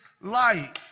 light